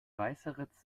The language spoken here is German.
weißeritz